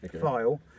file